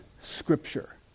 scripture